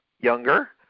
younger